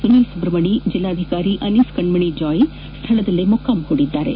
ಸುನೀಲ್ ಸುಬ್ರಷ್ಟಣಿ ಜಿಲ್ಲಾಧಿಕಾರಿ ಅನೀಸ್ ಕಣ್ಣಣಿಜಾಯ್ ಸ್ವಳದಲ್ಲಿ ಮೊಕ್ಕಾಂ ಹೂಡಿದ್ದಾರೆ